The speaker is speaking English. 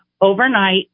overnight